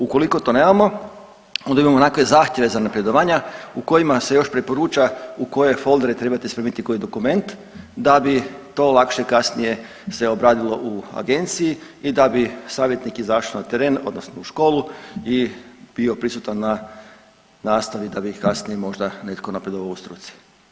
Ukoliko to nemamo onda imamo onakve zahtjeve za napredovanja u kojima se još preporuča u koje foldere trebate spremiti koji dokument da bi to lakše kasnije se obradilo u agenciji i da bi savjetnik izašao na teren odnosno u školu i bio prisutan na nastavi da bi kasnije možda netko napredovao u struci.